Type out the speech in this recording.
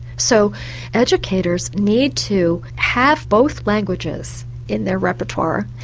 so educators need to have both languages in their repertoire,